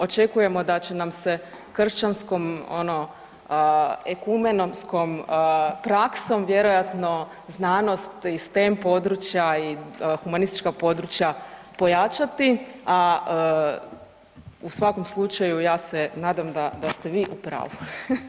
Očekujemo da će nam se kršćanskom ono, ekumenskom praksom vjerojatno znanost iz STEM područja i humanistička područja pojačati, a u svakom slučaju, ja se nadam da ste vi u pravu.